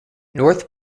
north